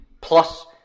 plus